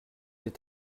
est